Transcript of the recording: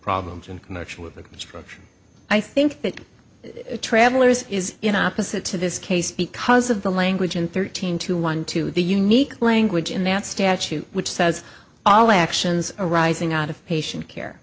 problems in connection with the construction i think that travelers is in opposite to this case because of the language and thirteen to one to the unique language in that statute which says all actions arising out of patient care